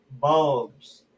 bulbs